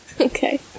Okay